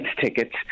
tickets